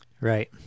Right